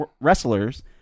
wrestlers